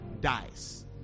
dies